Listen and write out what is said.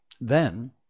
Then